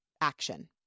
action